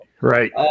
right